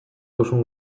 duzun